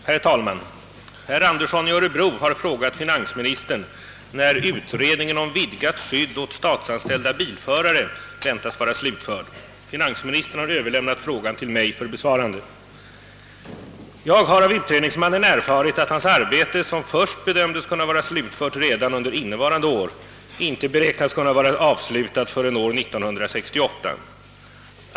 Herr talman! Herr Andersson i Örebro har frågat finansministern när utredningen om vidgat skydd åt statsanställda bilförare väntas vara slutförd. Finansministern har överlämnat frågan till mig för besvarande. Jag har av utredningsmannen erfarit att hans arbete, som först bedömdes kunna vara slutfört redan under innevarande år, inte beräknas kunna vara avslutat förrän år 1968.